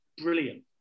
brilliant